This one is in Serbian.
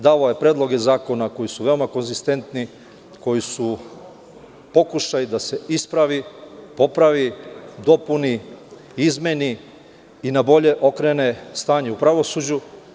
Davao je predloge zakona koji su veoma konzistentni, koji su pokušaj da se ispravi, popravi, dopuni, izmeni i na bolje okrene stanje u pravosuđu.